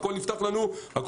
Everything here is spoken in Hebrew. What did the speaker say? הכל נפתח לנו ורושת.